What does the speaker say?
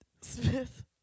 Smith